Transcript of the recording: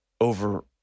over